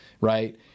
right